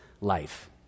life